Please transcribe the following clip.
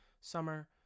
Summer